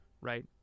right